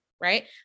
right